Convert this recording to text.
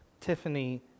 Tiffany